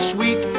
Sweet